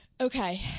Okay